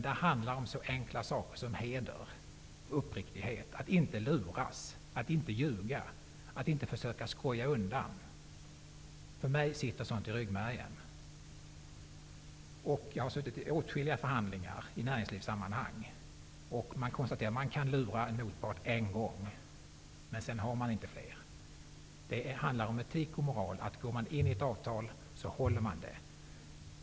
Det handlar om så enkla saker som heder, uppriktighet, att inte luras, att inte ljuga och att inte försöka att skoja undan. För mig sitter sådant i ryggmärgen. Jag har suttit i åtskilliga förhandlingar i näringslivssammanhang. Jag kan konstatera att man kan lura en motpart en gång, men sedan har man inte inte fler möjligheter. Det handlar om etik och moral. Går man in i ett avtal håller man det.